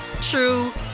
true